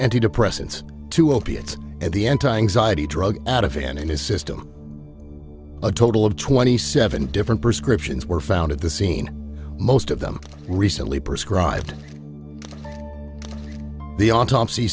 antidepressants to opiates at the drug out of hand in his system a total of twenty seven different prescriptions were found at the scene most of them recently prescribed the autopsy